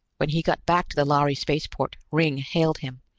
when he got back to the lhari spaceport, ringg hailed him.